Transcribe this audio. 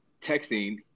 texting